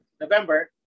November